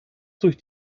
durch